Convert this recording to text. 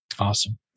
Awesome